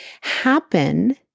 happen